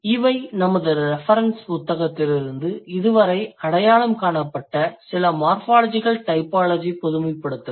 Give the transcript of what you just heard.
இவை நமது ரெஃபரென்ஸ் புத்தகத்திலிருந்து இதுவரை அடையாளம் காணப்பட்ட சில மார்ஃபாலஜிகல் டைபாலஜி பொதுமைப்படுத்தல்கள்